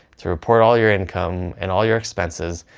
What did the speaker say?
to report all your income, and all your expenses,